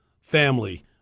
family